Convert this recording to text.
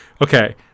okay